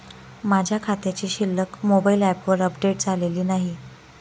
माझ्या खात्याची शिल्लक मोबाइल ॲपवर अपडेट झालेली नाही